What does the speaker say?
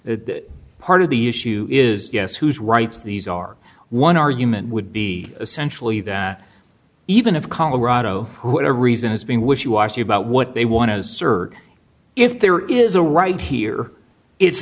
that part of the issue is yes whose rights these are one argument would be essentially that even if colorado whatever reason is being wishy washy about what they want to assert if there is a right here it's